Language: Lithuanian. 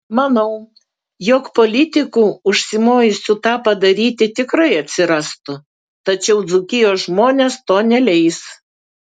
manau jog politikų užsimojusių tą padaryti tikrai atsirastų tačiau dzūkijos žmonės to neleis